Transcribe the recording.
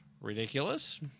ridiculous